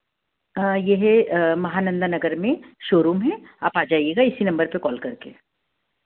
यह है महानंदा नगर में शोरूम है आप आ जाइएगा इसी नंबर पर कॉल करके